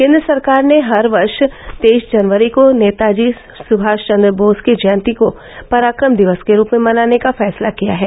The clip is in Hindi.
केंद्र सरकार ने हर वर्ष तेईस जनवरी को नेताजी सुभाष चंद्र बोस की जयन्ती को पराक्रम दिवस के रूप में मनाने का फैसला किया है